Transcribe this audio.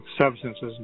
substances